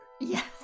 Yes